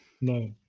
No